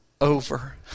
over